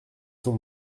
son